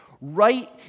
right